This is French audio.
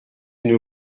une